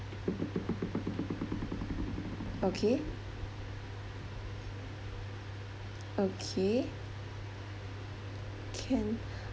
okay okay can